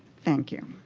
thank you.